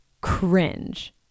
cringe